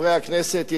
ידידי השר,